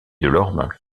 delorme